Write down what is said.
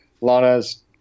Lana's